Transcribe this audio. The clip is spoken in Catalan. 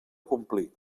complir